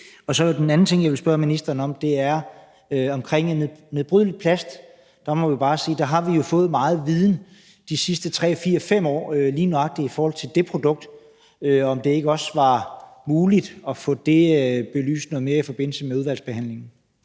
på det? Den anden ting, jeg vil spørge ministeren om, er i forhold til nedbrydeligt plast. Vi må bare sige, at vi jo har fået meget viden de sidste 3, 4, 5 år lige nøjagtig i forhold til det produkt. Var det ikke muligt også at få det belyst noget mere i forbindelse med udvalgsbehandlingen?